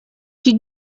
you